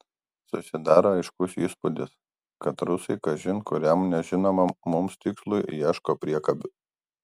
susidaro aiškus įspūdis kad rusai kažin kuriam nežinomam mums tikslui ieško priekabių